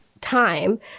time